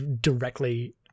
directly